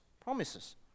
promises